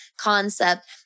concept